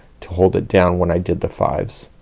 to hold it down when i did the fives?